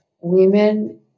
women